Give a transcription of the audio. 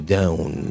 down